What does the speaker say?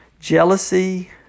jealousy